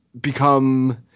become